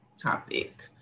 topic